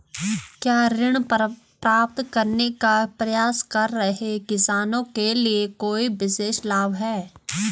क्या ऋण प्राप्त करने का प्रयास कर रहे किसानों के लिए कोई विशेष लाभ हैं?